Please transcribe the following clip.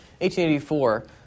1884